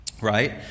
right